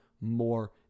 more